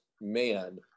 man